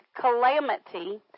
calamity